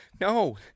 No